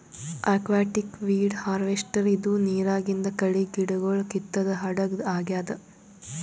aquatic weed harvester ಇದು ನಿರಾಗಿಂದ್ ಕಳಿ ಗಿಡಗೊಳ್ ಕಿತ್ತದ್ ಹಡಗ್ ಆಗ್ಯಾದ್